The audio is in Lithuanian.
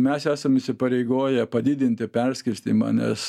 mes esam įsipareigoję padidinti perskirstymą nes